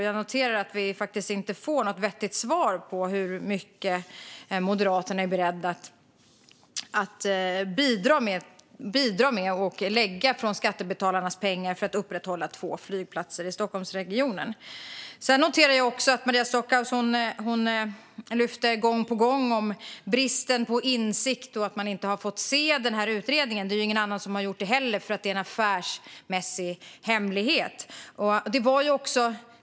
Jag noterar att vi faktiskt inte får något vettigt svar på hur mycket Moderaterna är beredda att bidra med och lägga av skattebetalarnas pengar för att upprätthålla två flygplatser i Stockholmsregionen. Jag noterar också att Maria Stockhaus gång på gång lyfter fram bristen på insikt och att man inte har fått se den här utredningen. Det är ju ingen annan som har gjort det heller, eftersom det är en affärsmässig hemlighet.